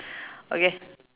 okay